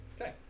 Okay